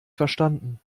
verstanden